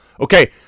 Okay